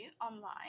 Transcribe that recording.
online